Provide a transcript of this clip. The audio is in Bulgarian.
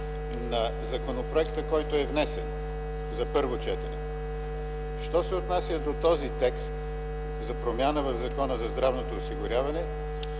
на законопроекта, който е внесен за първо четене, що се отнася до този текст за промяна в Закона за здравното осигуряване,